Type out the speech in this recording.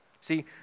See